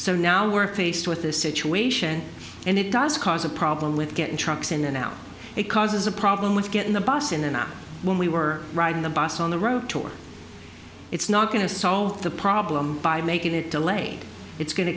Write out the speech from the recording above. so now we're faced with a situation and it does cause a problem with getting trucks in and out it causes a problem with getting the bus in and out when we were riding the bus on the road tour it's not going to solve the problem by making it delayed it's going to